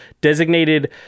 designated